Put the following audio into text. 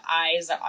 eyes